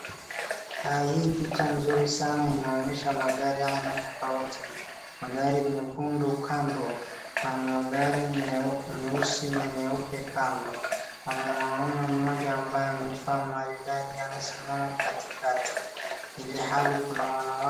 Hii picha nzuri sana inaonyesha magari ya aina tofauti. Magari nyekundu kando na magari nyeusi na nyeupe kando. Kuna mwanaume mmoja ambaye amevaa maridadi amesimama katikati ilhali kuna wanawake.